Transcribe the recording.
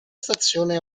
stazione